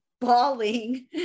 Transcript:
bawling